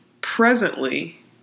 presently